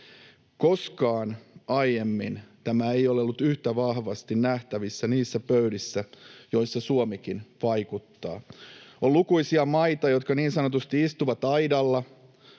Koskaan aiemmin tämä ei ole ollut yhtä vahvasti nähtävissä niissä pöydissä, joissa Suomikin vaikuttaa. On lukuisia maita, jotka niin sanotusti istuvat aidalla.